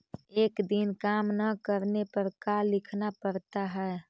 एक दिन काम न करने पर का लिखना पड़ता है?